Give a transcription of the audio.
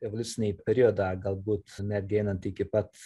evoliucinį periodą galbūt netgi einant iki pat